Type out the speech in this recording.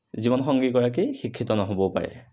জীৱনসংগীগৰাকী শিক্ষিত নহ'বও পাৰে